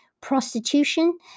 prostitution